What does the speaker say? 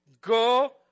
Go